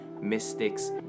Mystics